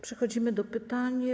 Przechodzimy do pytań.